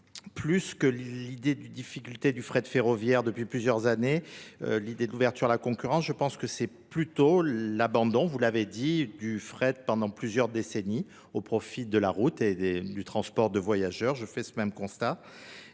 plus que l'idée du difficulté du fret ferroviaire depuis plusieurs années, l'idée de l'ouverture à la concurrence, je pense que c'est plutôt l'abandon, vous l'avez dit, du fret pendant plusieurs décennies au profit de la route et du transport de voyageurs. Je fais ce même constat